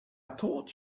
told